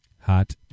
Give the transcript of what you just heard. Hot